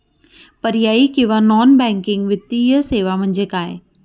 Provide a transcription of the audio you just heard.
पर्यायी किंवा non banking वित्तीय सेवा म्हणजे काय?